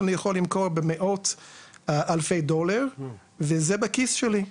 אני יכול למכור במאות אלפי דולרים וזה בכיס שלי,